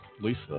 Lisa